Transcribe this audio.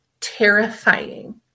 terrifying